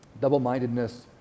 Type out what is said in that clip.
Double-mindedness